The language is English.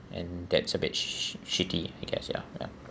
and that's a bit shitty I guess ya ya